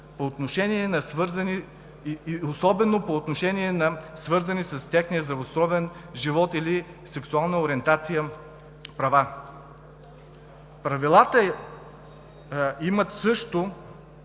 данни се обработват особено по отношение на свързани с техния здравословен живот или сексуална ориентация права.“. Правилата имат също